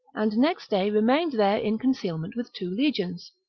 and next day remained there in concealment with two legions